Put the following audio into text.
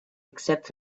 except